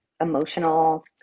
emotional